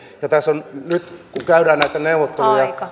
tässä on nyt kun käydään näitä neuvotteluja